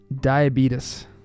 Diabetes